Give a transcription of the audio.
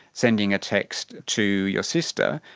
sending a text to your sister,